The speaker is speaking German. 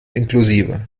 inklusive